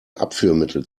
abführmittel